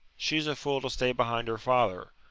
she's a fool to stay behind her father.